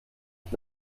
ich